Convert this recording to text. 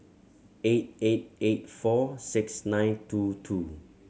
eight eight eight four six nine two two